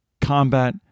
combat